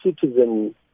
citizen